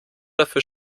dafür